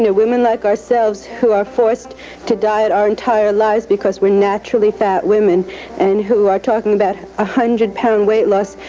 and women like ourselves who are forced to diet our entire lives because we're naturally fat women and who are talking about one ah hundred pound weight loss,